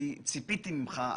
ציפיתי ממך.